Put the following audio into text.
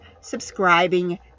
subscribing